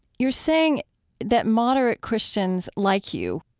you're saying that moderate christians like you,